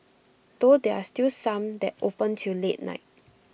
though there are still some that open till late night